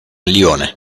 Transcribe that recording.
lione